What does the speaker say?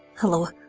hello.